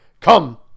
Come